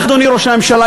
אדוני ראש הממשלה,